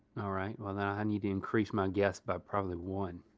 all right, well then i need to increase my guess by probably one.